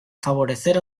favorecer